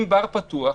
אם בר פתוח,